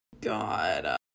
God